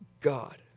God